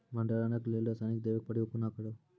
भंडारणक लेल रासायनिक दवेक प्रयोग कुना करव?